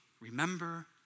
remember